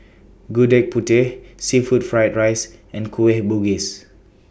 Gudeg Putih Seafood Fried Rice and Kueh Bugis